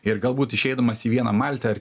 ir galbūt išeidamas į vieną maltą ar